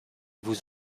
vous